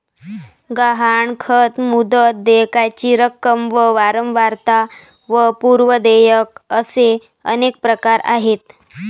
गहाणखत, मुदत, देयकाची रक्कम व वारंवारता व पूर्व देयक असे अनेक प्रकार आहेत